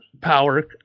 power